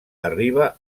arriba